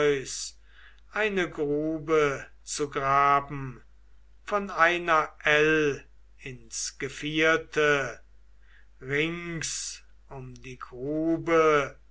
eine grube zu graben von einer ell ins gevierte rings um die grube